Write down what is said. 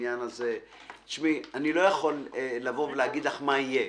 לא יודע מה יהיה.